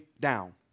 down